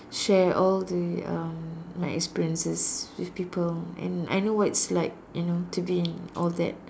share all the uh my experiences with people and I know what it's like to you know be in all that